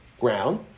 ground